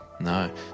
no